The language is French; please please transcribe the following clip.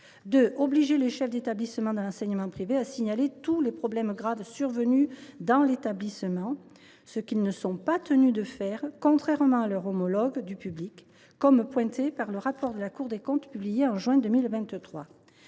obliger les chefs d’établissement de l’enseignement privé à signaler aux rectorats tous les problèmes graves survenus dans leur établissement, ce qu’ils ne sont pas tenus de faire, contrairement à leurs homologues du public, ainsi que le fait remarquer le rapport de la Cour des comptes publié en juin 2023.